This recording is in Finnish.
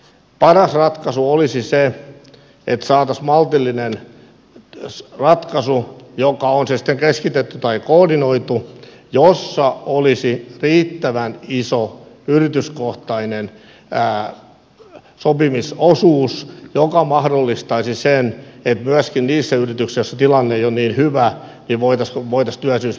paras ratkaisu olisi se että saataisiin maltillinen ratkaisu on se sitten keskitetty tai koordinoitu jossa olisi riittävän iso yrityskohtainen sopimisosuus joka mahdollistaisi sen että myöskin niissä yrityksissä joissa tilanne ei ole niin hyvä voitaisiin työllisyys pitää korkealla